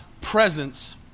presence